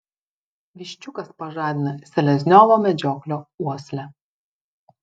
viščiukas pažadina selezniovo medžioklio uoslę